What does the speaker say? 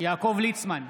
יעקב ליצמן,